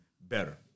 better